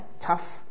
tough